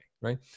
right